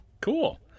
Cool